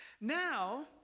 Now